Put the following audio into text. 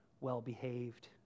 well-behaved